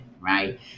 right